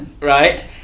right